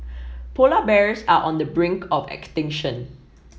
polar bears are on the brink of extinction